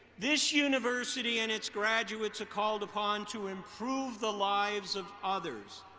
this university and its graduates are called upon to improve the lives of others.